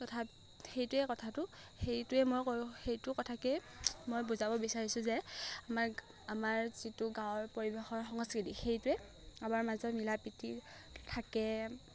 তথাপ সেইটোৱে কথাটো সেইটোৱে মই ক সেইটো কথাকেই মই বুজাব বিচাৰিছোঁ যে আমাৰ আমাৰ যিটো গাঁৱৰ পৰিৱেশৰ সংস্কৃতি সেইটোৱে আমাৰ মাজৰ মিলা প্ৰীতি থাকে